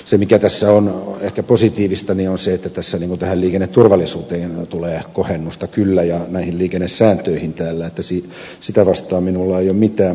se mikä tässä ehkä on positiivista on se että tässä liikenneturvallisuuteen ja liikennesääntöihin tulee kohennusta kyllä että sitä vastaan minulla ei ole mitään